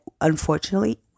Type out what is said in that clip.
unfortunately